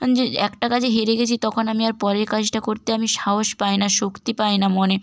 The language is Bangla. যে একটা কাজে হেরে গেছি তখন আমি আর পরের কাজটা করতে আমি সাহস পাই না শক্তি পাই না মনে